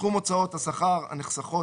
(ב)סכום הוצאות השכר הנחסכות,